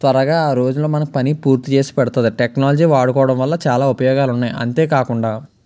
త్వరగా ఆ రోజుల్లో మనకి పని పూర్తి చేసి పెడతుంది టెక్నాలజీ వాడుకోవడం వల్ల చాలా ఉపయోగాలు ఉన్నాయి అంతే కాకుండా